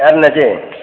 யார் அண்ணாச்சி